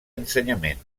ensenyament